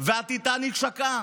והטיטניק שקעה.